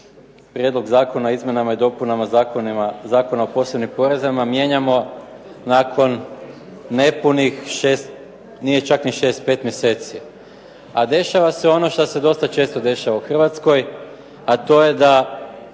Prijedlog zakona o izmjenama i dopunama Zakona o posebnim porezima mijenjamo nakon nepunih šest, nije čak ni šest, pet mjeseci. A dešava se ono šta se dosta često dešava u Hrvatskoj, a to je da